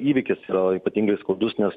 įvykis yra ypatingai skaudus nes